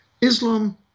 Islam